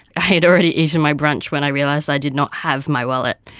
i had already eaten my brunch when i realised i did not have my wallet.